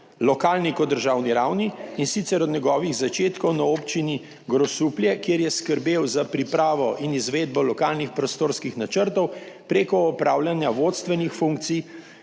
lokalni, kot državni ravni, in sicer od njegovih začetkov na Občini Grosuplje, kjer je skrbel za pripravo in izvedbo lokalnih prostorskih načrtov, preko opravljanja vodstvenih funkcij